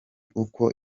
uko